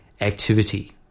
activity